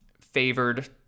favored